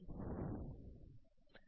com